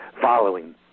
following